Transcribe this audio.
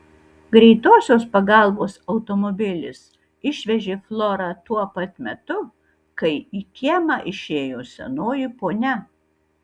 greitosios pagalbos automobilis išvežė florą tuo pat metu kai į kiemą išėjo senoji ponia